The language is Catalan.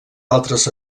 altres